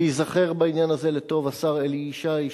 וייזכר בעניין הזה לטוב השר אלי ישי,